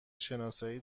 شناسایی